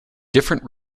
different